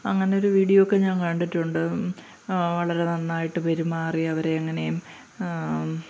അങ്ങനെയൊരു വീഡിയോക്കെ ഞാൻ കണ്ടിട്ടുണ്ട് വളരെ നന്നായിട്ട് പെരുമാറി അവരെ എങ്ങനേയും